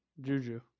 Juju